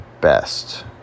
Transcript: best